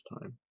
time